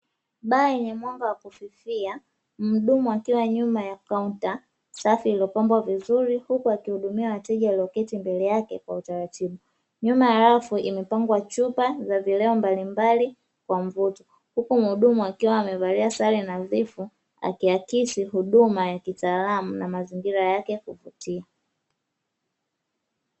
Baa yenye mwanga wa kufifia, muhudumu akiwa nyuma ya kaunta safi iliyo pambwa vizuri huku akihudumia wateja waloketi mbele yake kwa utaratibu, nyuma ya rafu imepangwa chupa za vileo mbalimbali kwa mvuto, huku muhudumu akiwa amevalia sare nadhifu akiakisi huduma ya kitaalamu na mazingira yake ya kuvutia.